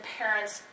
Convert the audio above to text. parents